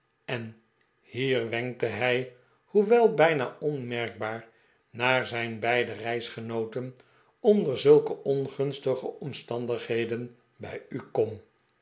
en hier wenkte hij hoewel bijna onmerkbaar naar zijn beide reisgenooten onder zulke ongunstige omstandigheden bij u kom